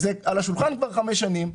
זה על השולחן חבר חמש שנים,